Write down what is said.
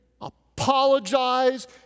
apologize